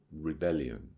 rebellion